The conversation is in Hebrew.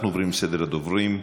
אנחנו עוברים לסדר הדוברים.